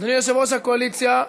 אדוני יושב-ראש הקואליציה,